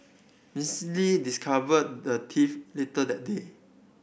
Miss Lee discovered the theft later that day